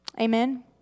Amen